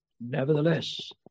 Nevertheless